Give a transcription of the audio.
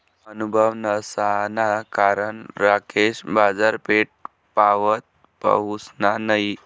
अनुभव नसाना कारण राकेश बाजारपेठपावत पहुसना नयी